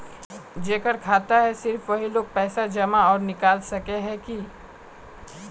जेकर खाता है सिर्फ वही लोग पैसा जमा आर निकाल सके है की?